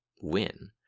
win